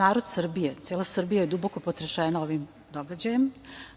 Narod Srbije, cela Srbija je duboko potrešena ovim događajem,